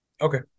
Okay